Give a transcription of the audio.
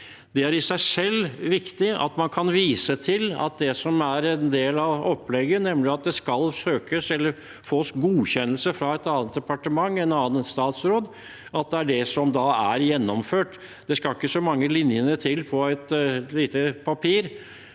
Det i seg selv er viktig – at man kan vise til at det som er en del av opplegget, nemlig at det skal søkes eller fås godkjennelse fra et annet departement og en annen statsråd, er det som da er gjennomført. Det skal ikke så mange linjene til på et lite papir